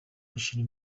bushira